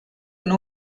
una